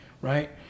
right